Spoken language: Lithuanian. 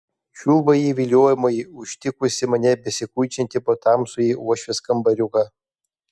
čiulba ji viliojamai užtikusi mane besikuičiantį po tamsųjį uošvės kambariuką